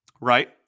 Right